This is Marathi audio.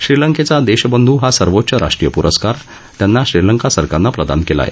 श्रीलंकेचा देशबंधू हा सर्वोच्च राष्ट्रीय पुरस्कार त्यांना श्रीलंका सरकारनं प्रदान केला आहे